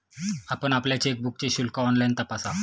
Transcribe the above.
आपण आपल्या चेकबुकचे शुल्क ऑनलाइन तपासा